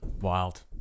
wild